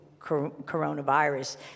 coronavirus